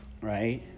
right